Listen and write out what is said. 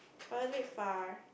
but was a bit far